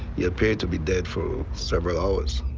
he appeared to be dead for several hours.